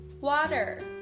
water